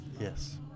Yes